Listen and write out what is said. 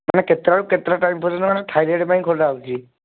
ମାନେ କେତେଟାରୁ କେତେଟା ଟାଇମ୍ ପର୍ଯ୍ୟନ୍ତ ମାନେ ଥାଇରଏଡ଼ ପାଇଁ ଖୋଲା ହଉଛି